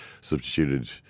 substituted